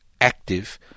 active